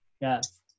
yes